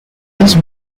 runs